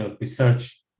research